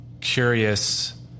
curious